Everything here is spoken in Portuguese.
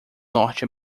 norte